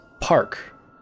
park